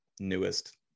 Newest